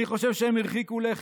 אני חושב שהם הרחיקו לכת,